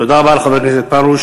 תודה רבה לחבר הכנסת פרוש.